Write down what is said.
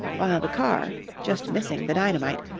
while the car, just missing the dynamite,